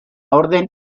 orden